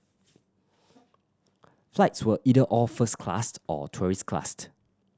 flights were either all first class or tourist class